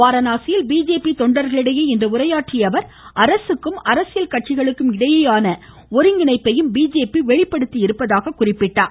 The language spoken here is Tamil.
வாரணாசியில் பிஜேபி தொண்டர்களிடையே இன்று உரையாற்றிய அவர் அரசுக்கும் அரசியல் கட்சிகளுக்கும் இடையேயான ஒருங்கிணைப்பையும் பிஜேபி வெளிப்படுத்தியிருப்பதாக குறிப்பிட்டார்